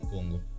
Congo